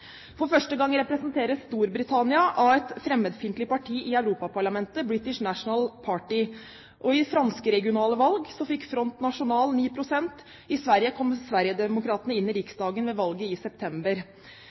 For første gang representeres Storbritannia av et fremmedfiendtlig parti i Europaparlamentet, British National Party. I de franske regionale valgene fikk Front National 9 pst. I Sverige kom Sverigedemokraterna inn i